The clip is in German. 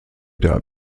der